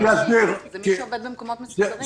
למי שעובד במקומות מסודרים.